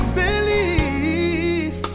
believe